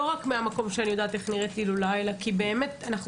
לא רק מן המקום שאני יודעת איך נראית הילולה אלא כי באמת אנחנו